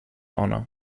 honour